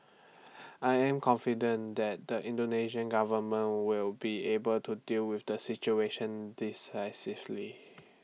I am confident that the Indonesian government will be able to deal with the situation decisively